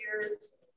years